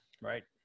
right